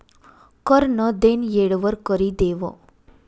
कर नं देनं येळवर करि देवं